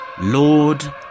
Lord